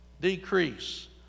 decrease